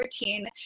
routine